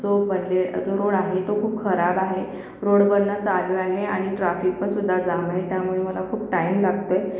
जो बनले जो रोड आहे तो खूप खराब आहे रोड बनणं चालू आहे आणि ट्राफिक पण सुद्धा जाम आहे त्यामुळे मला खूप टाइम लागतोय